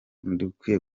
dukwiye